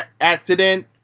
accident